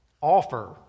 offer